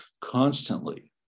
constantly